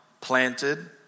planted